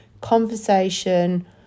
conversation